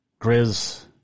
Grizz